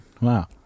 Wow